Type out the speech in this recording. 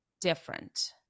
different